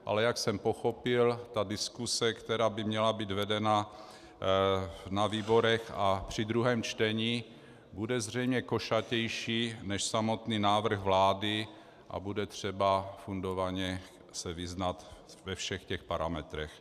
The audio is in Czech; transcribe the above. Ale jak jsem pochopil, diskuse, která by měla být vedena ve výborech a při druhém čtení, bude zřejmě košatější než samotný návrh vlády a bude třeba fundovaně se vyznat ve všech parametrech.